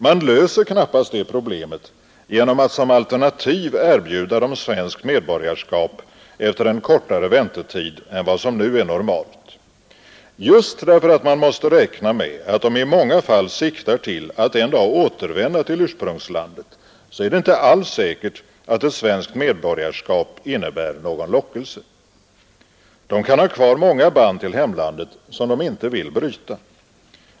Man löser knappast det problemet genom att som alternativ erbjuda dem svenskt medborgarskap efter en kortare väntetid än vad som nu är normalt. Just därför att man måste räkna med att de i många fall siktar till att en dag återvända till ursprungslandet är det inte alls säkert att ett svenskt medborgarskap innebär någon lockelse. De kan ha kvar många band till hemlandet som de inte vill bryta.